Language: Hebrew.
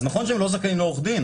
אז נכון שהם לא זכאים לעורך דין,